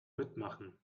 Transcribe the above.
mitmachen